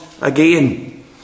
again